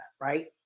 right